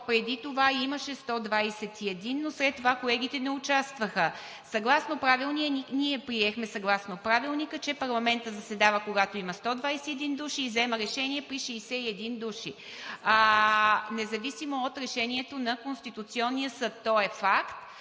преди това имаше 121, но след това колегите не участваха. Съгласно Правилника ние приехме, че парламентът заседава, когато има 121 души, взема решение при 61 души – независимо от решението на Конституционния съд, това е факт.